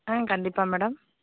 ஆ கண்டிப்பாக மேடம்